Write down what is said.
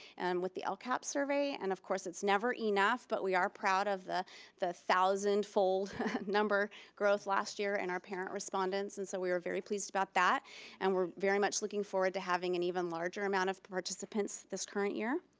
and with the lcap survey and of course it's never enough but we are proud of the the thousand fold number growth last year in our parent respondents and so we were very pleased about that and we're very much looking forward to having an even larger amount of participants this current year.